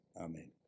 Amen